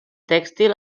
tèxtil